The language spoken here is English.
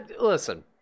Listen